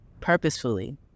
purposefully